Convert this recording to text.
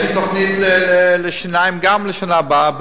יש לי תוכנית לשיניים גם לשנה הבאה,